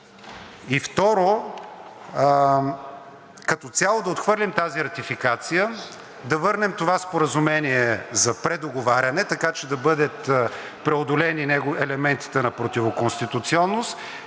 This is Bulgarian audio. И второ, като цяло да отхвърлим тази ратификация, да върнем това споразумение за предоговаряне, така че да бъдат преодолени елементите на противоконституционност